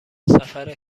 سفر